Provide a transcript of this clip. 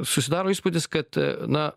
susidaro įspūdis kad na